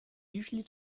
usually